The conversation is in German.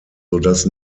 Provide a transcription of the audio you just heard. sodass